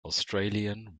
australian